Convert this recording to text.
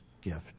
gift